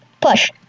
Push